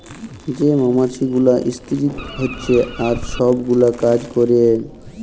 যে মমাছি গুলা ইস্তিরি হছে আর ছব গুলা কাজ ক্যরে